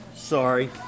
sorry